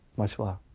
much love.